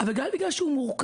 אבל גם בגלל שהוא מורכב.